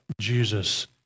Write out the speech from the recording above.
Jesus